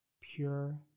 pure